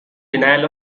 denial